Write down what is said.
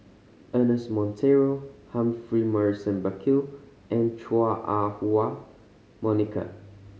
Ernest Monteiro Humphrey Morrison Burkill and Chua Ah Huwa Monica